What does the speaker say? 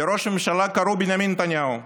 לראש הממשלה קראו בנימין נתניהו.